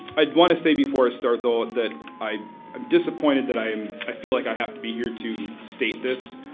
i want to say before i start though that i'm disappointed that i um i feel like i have to be here to state this.